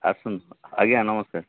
ଆସନ୍ତୁ ଆଜ୍ଞା ନମସ୍କାର୍